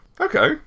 Okay